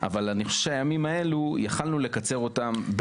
אני חושב שיכלנו להחריג את הוועדה הזו,